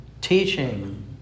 teaching